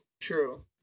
true